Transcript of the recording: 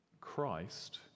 Christ